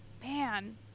man